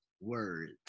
words